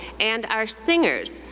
and our singers,